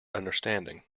understanding